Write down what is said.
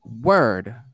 word